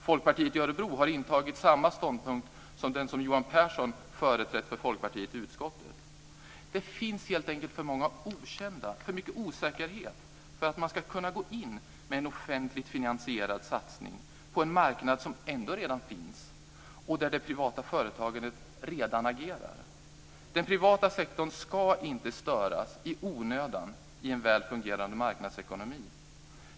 Folkpartiet i Örebro har intagit samma ståndpunkt som Johan Pehrson företrätt för Folkpartiet i utskottet. Det finns helt enkelt för mycket okänt och för mycket osäkerhet för att man ska kunna gå in med en offentligt finansierad satsning på en marknad som ändå redan finns och där det privata företagandet redan agerar. Den privata sektorn ska inte störas i onödan i en väl fungerande marknadsekonomi.